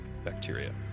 bacteria